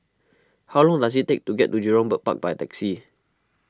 how long does it take to get to Jurong Bird Park by taxi